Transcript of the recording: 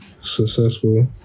successful